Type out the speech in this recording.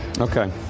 Okay